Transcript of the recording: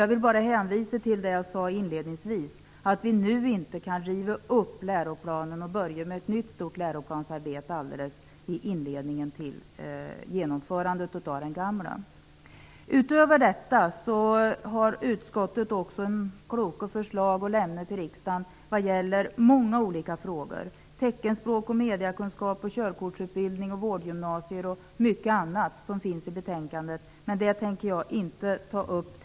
Jag vill bara hänvisa till det som jag sade inledningsvis, nämligen att vi nu inte kan riva upp läroplanen och börja med ett nytt stort läroplansarbete i inledningen till genomförandet av den gamla. Utöver detta har utskottet också kommit med kloka förslag till riksdagen i många olika frågor - teckenspråk, mediakunskap, körkortsutbildning, vårdgymnasier och mycket annat som tas upp i betänkandet - men dessa tänker jag inte ta upp nu.